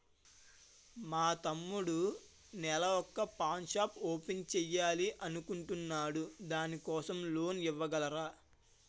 మా తమ్ముడు నెల వొక పాన్ షాప్ ఓపెన్ చేయాలి అనుకుంటునాడు దాని కోసం లోన్ ఇవగలరా?